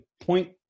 point